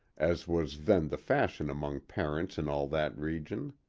as was then the fashion among parents in all that region.